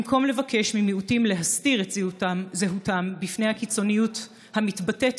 במקום לבקש ממיעוט להסתיר את זהותם בפני הקיצוניות המתבטאת